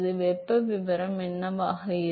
வெப்பநிலை விவரம் என்னவாக இருக்கும்